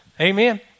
Amen